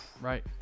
right